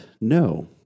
no